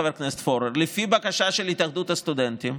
חבר הכנסת פורר: לפי בקשה של התאחדות הסטודנטים,